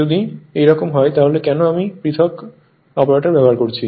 যদি এইরকম হয় তাহলে কেন আমি পৃথক অপারেটর ব্যবহার করেছি